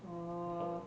uh